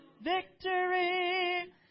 victory